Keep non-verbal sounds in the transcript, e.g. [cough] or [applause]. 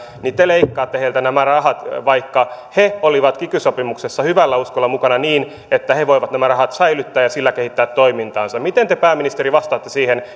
niin te leikkaatte heiltä nämä rahat vaikka he olivat kiky sopimuksessa mukana hyvällä uskolla että he voivat nämä rahat säilyttää ja niillä kehittää toimintaansa miten te pääministeri vastaatte siihen [unintelligible]